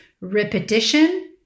repetition